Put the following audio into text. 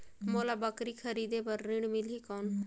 मोला बकरी खरीदे बार ऋण मिलही कौन?